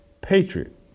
Patriot